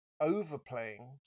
overplaying